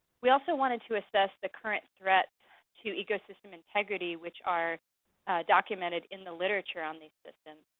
we also wanted to assess the current threats to ecosystem integrity, which are documented in the literature on these systems.